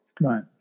Right